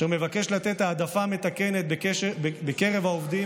אשר מבקש לתת העדפה מתקנת בקרב העובדים